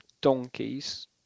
donkeys